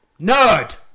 Nerd